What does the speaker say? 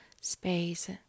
space